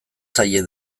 zaie